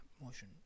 motion